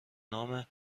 نام